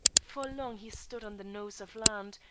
for long he stood on the nose of land,